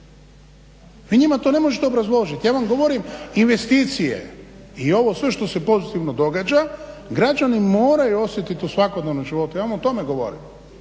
Vi njima to ne možete obrazložiti, ja vam govorim, investicije i ovo sve što se pozitivno događa, građani moraju osjetiti u svakodnevnom životu, ja vam o tome govorim.